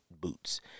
boots